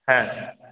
হ্যাঁ